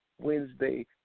Wednesday